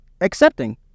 accepting